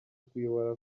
kuyobora